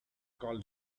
call